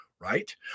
right